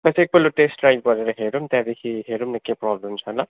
बस् एकपल्ट test drive गरेर हेरौँ त्यहाँदेखि हेरौँ न के प्रब्लम छ ल